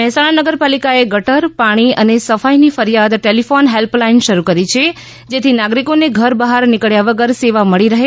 મહેસાણા નગરપાલિકા એ ગટર પાણી અને સફાઈની ફરિયાદ ટેલિફોન હેલ્પ લાઈન શરૂ કરી છે જેથી નાગરિકોને ઘર બહાર નીકબ્યા વગર સેવા મળી રહે